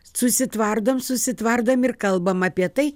susitvardom susitvardom ir kalbam apie tai